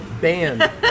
band